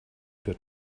got